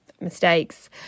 mistakes